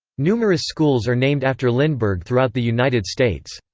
numerous schools are named after lindbergh throughout the united states.